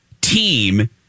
team